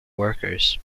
workers